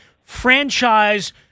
franchise